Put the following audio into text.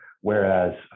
Whereas